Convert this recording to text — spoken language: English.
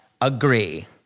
agree